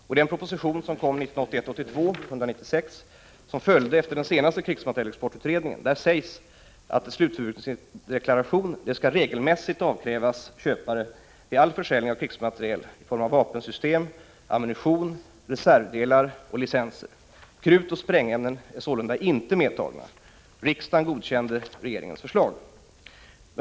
I den proposi 2 tion som följde efter den senaste krigsmaterielexportutredsprängämnen till ningen sägs att en slutförbrukningsdeklaration regelmässigt skall avkrävas Jugoslavien samtliga köpare vid all försäljning av krigsmateriel i form av vapensystem, ammunition och reservdelar och licenser. Krutoch sprängämnen är således inte medtagna. Riksdagen godkände regeringens förslag.